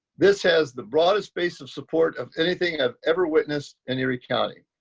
this has the broadest base of support of anything i've ever witnessed in erie county.